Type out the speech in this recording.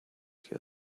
you